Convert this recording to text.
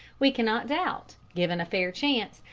we cannot doubt, given a fair chance,